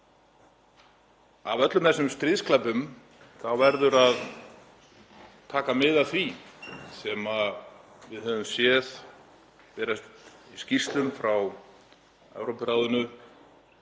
Í öllum þessum stríðsglæpum verður að taka mið af því sem við höfum séð berast í skýrslum frá Evrópuráðinu.